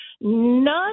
None